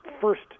first